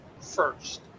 first